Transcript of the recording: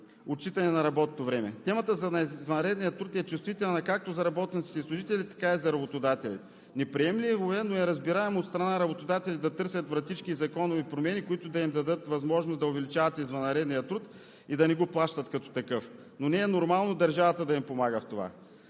отчитане на работното време. Темата за извънредния труд е чувствителна както за работниците и служителите, така и за работодателите. Неприемлив момент, но е разбираем от страна на работодателите да търсят вратички и законови промени, които да им дадат възможност да увеличават извънредния труд и да не го плащат като такъв, но не е нормално държавата да им помага в това.